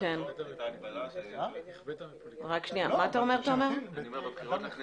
הייתה הגבלה של השעות והקלפיות המיוחדות למבודדים היו